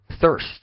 thirst